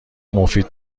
مفید